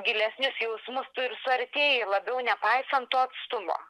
gilesnius jausmus tu ir suartėji labiau nepaisant to atstumo